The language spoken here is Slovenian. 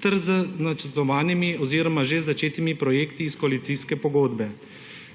ter z načrtovanimi oziroma že začetimi projekti iz koalicijske pogodbe.